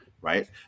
right